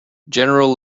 general